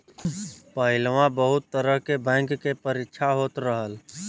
पहिलवा बहुत तरह के बैंक के परीक्षा होत रहल